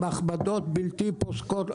עם הכבדות בלתי פוסקות,